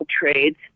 trades